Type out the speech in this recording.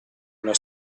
una